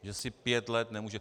Že si pět let nemůže...